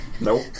Nope